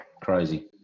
crazy